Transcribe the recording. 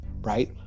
right